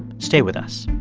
stay with us